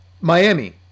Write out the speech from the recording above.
Miami